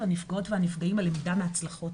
הנפגעות והנפגעים על הלמידה מההצלחות